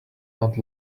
not